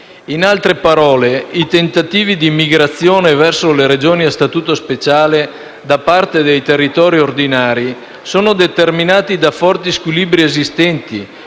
In altre parole, i tentativi di migrazione verso le Regioni a Statuto speciale da parte dei territori ordinari sono determinati da forti squilibri esistenti